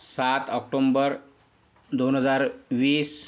सात ऑक्टोम्बर दोन हजार वीस